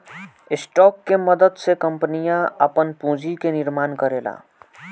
stock के मदद से कंपनियां आपन पूंजी के निर्माण करेला